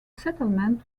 settlement